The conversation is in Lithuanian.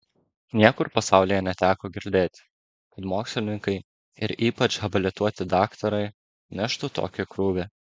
niekur pasaulyje neteko girdėti kad mokslininkai ir ypač habilituoti daktarai neštų tokį krūvį